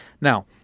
Now